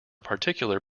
particular